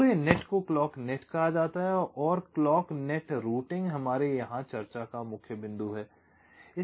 पूरे नेट को clock net कहा जाता है और क्लॉक नेट रूटिंग हमारे यहाँ चर्चा का मुख्य बिंदु है